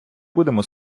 будемо